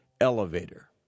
elevator